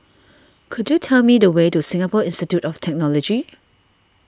could you tell me the way to Singapore Institute of Technology